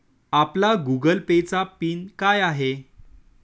आपला Google Pay चा PIN काय आहे?